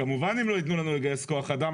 כמובן שאם לא יתנו לנו לגייס כוח אדם,